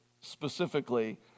specifically